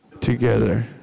together